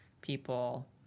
people